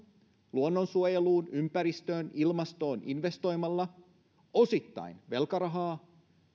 luonnonsuojeluun ympäristöön ilmastoon investoimalla osittain velkarahalla